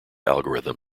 algorithm